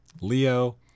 Leo